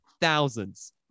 Thousands